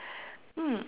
mm